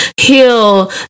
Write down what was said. Heal